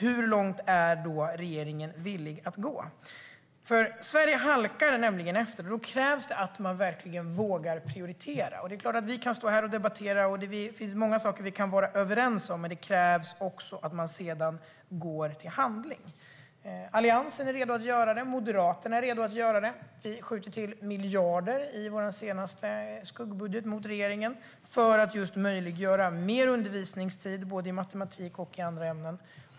Hur långt är regeringen villig att gå? Sverige halkar efter, och då krävs det att man verkligen vågar prioritera. Det är klart att vi kan stå här och debattera, och det är många saker som vi kan vara överens om, men det krävs också att man går till handling. Alliansen är redo att göra det. Moderaterna är redo att göra det. I vår senaste skuggbudget sköt vi till miljarder för att just möjliggöra mer undervisningstid i matematik och i andra ämnen.